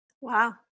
Wow